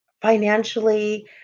financially